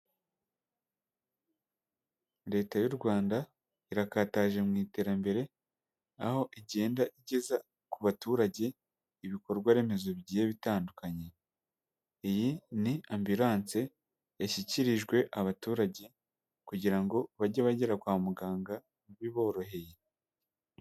Leta y'u Rwanda irakataje mu iterambere, aho igenda igeza ku baturage ibikorwaremezo bigiye bitandukanye, iyi ni amburanse yashyikirijwe abaturage kugira ngo bajye bagera kwa muganga biboroheye.